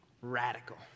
radical